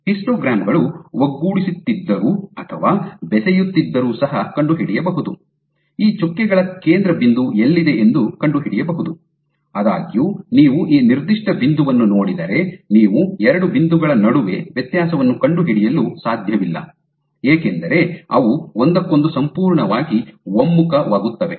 histogram ಗಳು ಒಗ್ಗೂಡಿಸುತ್ತಿದ್ದರೂ ಅಥವಾ ಬೆಸೆಯುತ್ತಿದ್ದರೂ ಸಹ ಕಂಡುಹಿಡಿಯಬಹುದು ಈ ಚುಕ್ಕೆಗಳ ಕೇಂದ್ರ ಬಿಂದು ಎಲ್ಲಿದೆ ಎಂದು ಕಂಡುಹಿಡಿಯಬಹುದು ಆದಾಗ್ಯೂ ನೀವು ಈ ನಿರ್ದಿಷ್ಟ ಬಿಂದುವನ್ನು ನೋಡಿದರೆ ನೀವು ಎರಡು ಬಿಂದುಗಳ ನಡುವೆ ವ್ಯತ್ಯಾಸವನ್ನು ಕಂಡುಹಿಡಿಯಲು ಸಾಧ್ಯವಿಲ್ಲ ಏಕೆಂದರೆ ಅವು ಒಂದಕ್ಕೊಂದು ಸಂಪೂರ್ಣವಾಗಿ ಒಮ್ಮುಖವಾಗುತ್ತವೆ